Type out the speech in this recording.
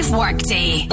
workday